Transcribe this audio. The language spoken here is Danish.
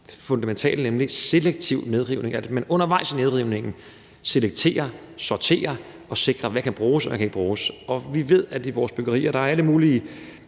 fundamentale, nemlig selektiv nedrivning, altså at man undervejs i nedrivningen selekterer og sorterer og sikrer ting, i forhold til hvad der kan bruges og hvad der ikke kan bruges. Vi ved, at der i vores byggerier er alle mulige